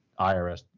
IRS